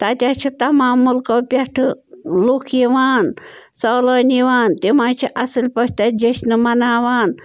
تَتہِ حظ چھِ تمام مُلکَو پٮ۪ٹھٕ لُکھ یِوان سٲلٲنۍ یِوان تِم حظ چھِ اصٕل پٲٹھۍ تَتہِ جِشنہٕ مناوان